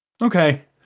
Okay